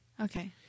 Okay